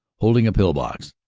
holding a pill-box,